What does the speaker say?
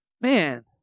Man